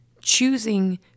choosing